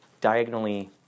diagonally